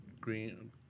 Green